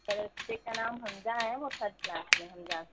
سر بچے کا نام حمزہ ہے وہ تھرڈ کلاس میں حمزہ